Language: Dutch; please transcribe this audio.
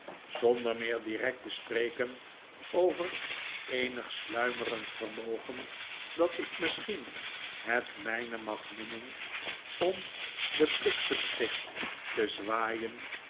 zonder meer direct te spreken over eenig sluimerend vermogen dat ik misschien het mijne mag noemen om den bliksemschicht te zwaaien